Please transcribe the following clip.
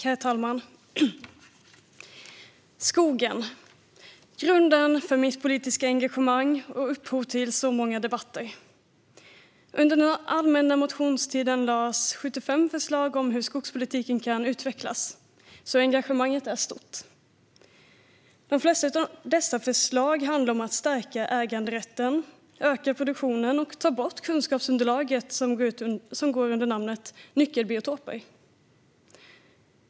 Herr talman! Skogen är grunden för mitt politiska engagemang och upphov till många debatter. Under den allmänna motionstiden lades det fram 75 förslag om hur skogspolitiken kan utvecklas, så engagemanget är stort. De flesta av dessa förslag handlar om att stärka äganderätten, öka produktionen och ta bort kunskapsunderlaget som går under namnet nyckelbiotoper.